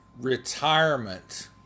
retirement